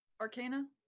arcana